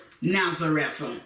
Nazareth